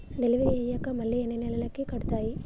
Delivery అయ్యాక మళ్ళీ ఎన్ని నెలలకి కడుతాయి?